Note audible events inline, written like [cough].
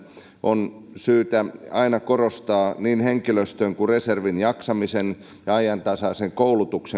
on syytä aina korostaa niin henkilöstön kuin reservin jaksamista ja ajantasaista koulutusta [unintelligible]